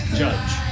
judge